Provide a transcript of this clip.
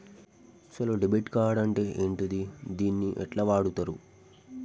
అసలు debit card అంటే ఏంటిది? దీన్ని ఎట్ల వాడుతరు?